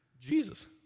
Jesus